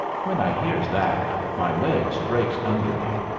when i hears that my legs breaks under me,